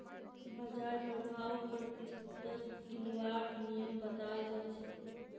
बाजार प्रभाउक प्रतिशतत गिनवार नियम बताल जा छेक